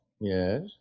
Yes